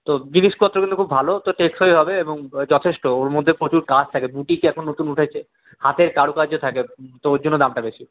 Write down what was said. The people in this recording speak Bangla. তো জিনিসপত্রগুলো খুব ভালো তো টেকসই হবে এবং যথেষ্ট ওর মধ্যে প্রচুর কাজ থাকে বুটিকে এখন নতুন উঠেছে হাতের কারুকার্য থাকে তো ওর জন্য দামটা বেশি